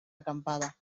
acampada